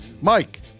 Mike